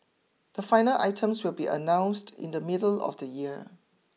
the final items will be announced in the middle of the year